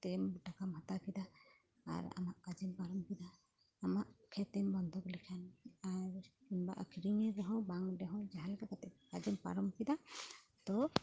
ᱛᱮᱢ ᱴᱟᱠᱟ ᱦᱟᱛᱟᱣ ᱠᱮᱫᱟ ᱟᱨ ᱟᱢᱟᱜ ᱠᱟᱡᱮᱢ ᱯᱟᱨᱚᱢ ᱠᱮᱫᱟ ᱟᱢᱟᱜ ᱠᱷᱮᱛ ᱮᱢ ᱵᱚᱱᱫᱷᱚᱠ ᱞᱮᱠᱷᱟᱱ ᱟᱨ ᱵᱟ ᱟᱹᱠᱷᱨᱤᱧ ᱨᱮᱦᱚᱢ ᱵᱟᱝ ᱨᱮᱦᱚᱸ ᱡᱟᱦᱟᱸ ᱞᱮᱠᱟ ᱠᱟᱛᱮᱫ ᱟᱫᱚᱢ ᱯᱟᱨᱚᱢ ᱠᱮᱫᱟ ᱛᱚ